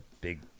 big